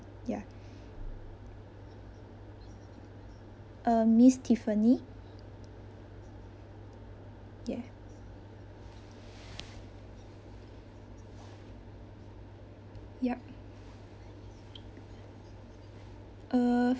ya um miss tiffany ya yup uh